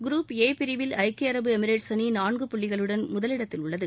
group A பிரிவில் ஐக்கிய அரபு எமிரேட்ஸ் அணி நான்கு புள்ளிகளுடன் முதலிடத்தில் உள்ளது